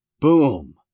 Boom